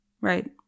Right